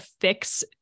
fix